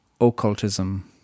occultism